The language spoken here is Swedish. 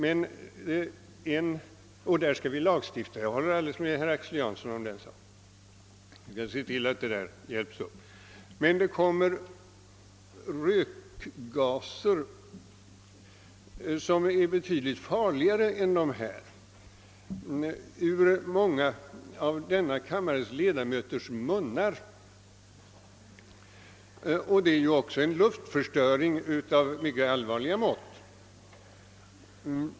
Där skall vi lagstifta för att få bättre förhållanden; jag håller alldeles med herr Axel Jansson om den saken. Sedan skall vi se till att förslaget följs upp. Men det kommer rökgaser, som är betydligt farligare än dessa, ur många av kammarens ledamöters munnar, och det är också en luftförstöring av mycket allvarliga mått.